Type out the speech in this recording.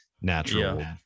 natural